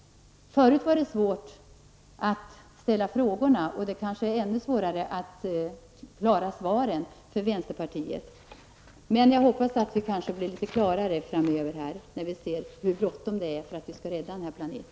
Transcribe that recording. Vänsterpartiet hade förut svårt att ställa frågor, och det är kanske ännu svårare för vänsterpartiet att svara. Men jag hoppas att vi framöver kanske uttrycker oss litet klarare när vi ser hur bråttom det är om vi skall rädda denna planet.